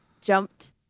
jumped